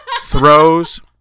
throws